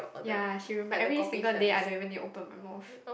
ya she remember ever single day I don't even need to open my mouth